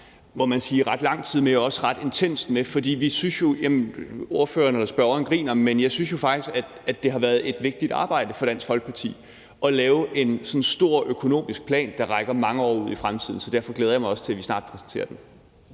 må man sige, og også ret intenst. Spørgeren griner, men jeg synes jo faktisk, at det har været et vigtigt arbejde for Dansk Folkeparti at lave en sådan stor økonomisk plan, der rækker mange år ud i fremtiden. Så derfor glæder jeg mig også til, at vi snart kan præsentere den.